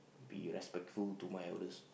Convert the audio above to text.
be respectful to my elders